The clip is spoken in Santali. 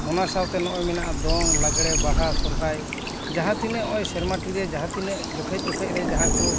ᱚᱱᱟ ᱥᱟᱶᱛᱮ ᱱᱚᱜ ᱚᱭ ᱢᱮᱱᱟᱜᱼᱟ ᱫᱚᱝ ᱞᱟᱜᱽᱲᱮ ᱵᱟᱦᱟ ᱥᱚᱨᱦᱟᱭ ᱡᱟᱦᱟᱸ ᱛᱤᱱᱟᱹᱜ ᱱᱚᱜ ᱚᱭ ᱥᱮᱨᱢᱟ ᱴᱤᱨᱮ ᱡᱟᱦᱟᱸ ᱛᱤᱱᱟᱹᱜ ᱡᱚᱠᱷᱮᱡ ᱡᱚᱠᱷᱮᱡ ᱨᱮ ᱡᱟᱦᱟᱸ ᱠᱚ